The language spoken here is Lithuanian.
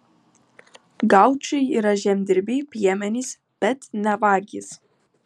gaučai yra žemdirbiai piemenys bet ne vagys